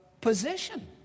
position